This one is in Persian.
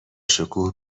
شکوه